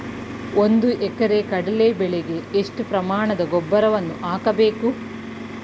ಒಂದು ಎಕರೆ ಕಡಲೆ ಬೆಳೆಗೆ ಎಷ್ಟು ಪ್ರಮಾಣದ ಗೊಬ್ಬರವನ್ನು ಹಾಕಬೇಕು?